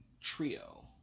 trio